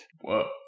Whoa